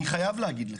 אני חייב להגיד לך,